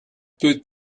peut